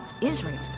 Israel